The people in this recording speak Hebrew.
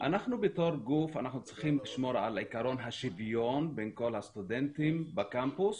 אנחנו בתור גוף צריכים לשמור על עיקרון השוויון בין כל הסטודנטים בקמפוס